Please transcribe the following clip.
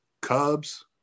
Cubs